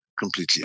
completely